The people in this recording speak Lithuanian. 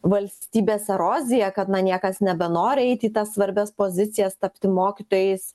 valstybės eroziją kad na niekas nebenori eit į tas svarbias pozicijas tapti mokytojais